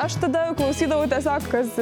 aš tada klausydavau tiesiog kas